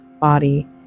body